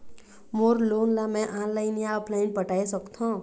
मोर loan ला मैं online या ऑफलाइन पटाए सकथों?